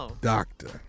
doctor